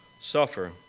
suffer